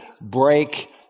break